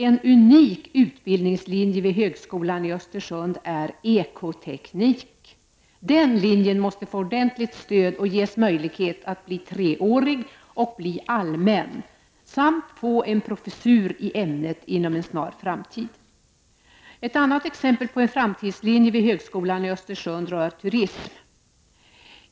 En unik utbildningslinje vid högskolan i Östersund är ekoteknik. Den linjen måste få ordentligt stöd och ges möjlighet att bli treårig och bli allmän samt få en professur i ämnet inom en snar framtid. Ett annat exempel på en framtidslinje vid högskolan i Östersund rör turism.